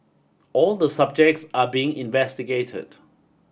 all the subjects are being investigated